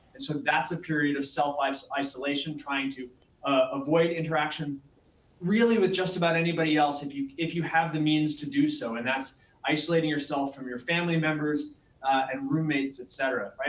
and so that's a period of self isolation, trying to avoid interaction really with just about anybody else if you if you have the means to do so and that's isolating yourself from your family members and roommates, et cetera.